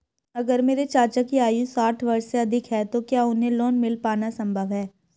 अगर मेरे चाचा की आयु साठ वर्ष से अधिक है तो क्या उन्हें लोन मिल पाना संभव है?